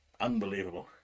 Unbelievable